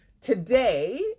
Today